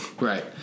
Right